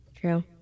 True